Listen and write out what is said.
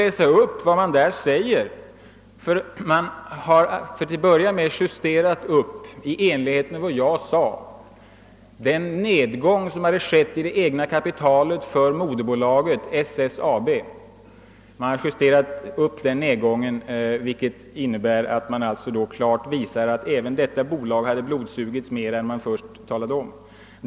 Till att börja med har man där justerat upp siffrorna för nedgången i det egna kapitalet för moderbolaget SSAB i enlighet med vad jag då anförde. Detta visar klart att även det bolaget hade blodsugit mer än man först talade om.